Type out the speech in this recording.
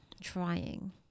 trying